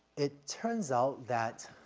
it turns out that,